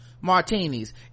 martinis